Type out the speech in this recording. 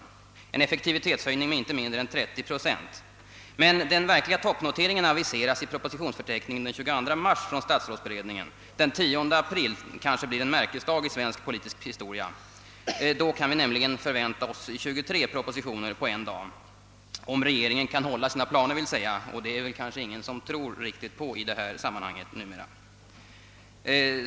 Det rör sig alltså om en effektivitetshöjning med inte mindre än 30 procent. Men den verkliga toppnoteringen aviseras i propositionsförteckningen den 22 mars från statsrådsberedningen. Den 10 april kanske blir en märkesdag i svensk politisk historia. Då kan vi nämligen förvänta oss 23 propositioner på en dag — om regeringen kan fullfölja sina planer förstås, och det är det kanske ingen som tror riktigt på i detta sammanhang numera.